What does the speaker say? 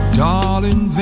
darling